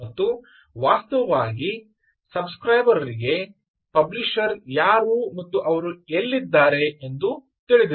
ಮತ್ತು ವಾಸ್ತವವಾಗಿ subscriber ರರಿಗೆ ಪಬ್ಲಿಷರ್ ಯಾರು ಮತ್ತು ಅವರು ಎಲ್ಲಿದ್ದಾರೆ ಎಂದು ತಿಳಿದಿಲ್ಲ